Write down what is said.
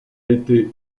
été